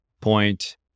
point